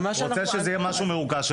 שזה יהיה משהו מעוגן,